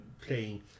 playing